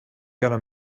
gonna